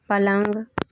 पलंग